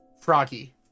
Froggy